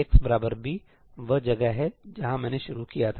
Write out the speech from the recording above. Axb वह जगह है जहां मैंने शुरू किया था